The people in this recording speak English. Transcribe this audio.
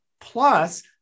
plus